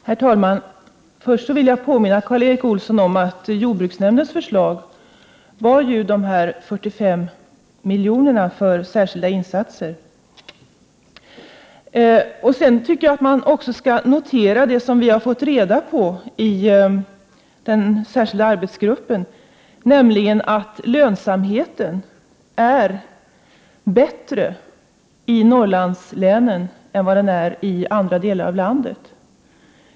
Herr talman! Först vill jag påminna Karl Erik Olsson om att jordbruks — 2 juni 1989 nämndens förslag var just 45 milj.kr. för särskilda insatser. Sedan tycker jag att man också skall notera det som vi har fått reda på i den särskilda arbetsgruppen, nämligen att lönsamheten är bättre i Norrlandslänen än vad den är i andra delar av landet.